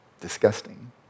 disgusting